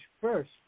first